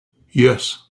yes